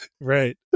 Right